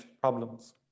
problems